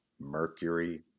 mercury